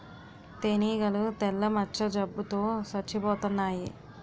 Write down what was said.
తేనీగలు తెల్ల మచ్చ జబ్బు తో సచ్చిపోతన్నాయి